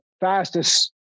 fastest